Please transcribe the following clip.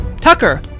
Tucker